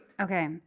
Okay